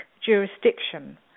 Jurisdiction